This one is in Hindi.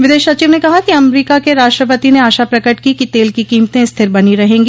विदेश सचिव ने कहा कि अमरीका के राष्ट्रपति ने आशा प्रकट की कि तेल की कीमते स्थिर बनी रहेंगी